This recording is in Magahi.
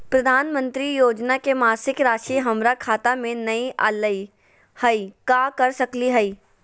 प्रधानमंत्री योजना के मासिक रासि हमरा खाता में नई आइलई हई, का कर सकली हई?